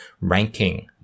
ranking